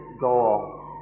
goal